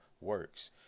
works